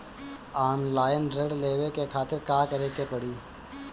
Online ऋण लेवे के खातिर का करे के पड़ी?